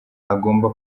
agomba